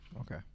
Okay